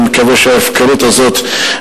אני מקווה שההפקרות הזאת,